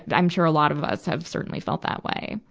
i'm sure a lot of us have certainly felt that way.